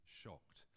shocked